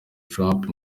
trump